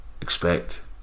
expect